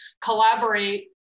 collaborate